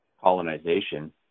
colonization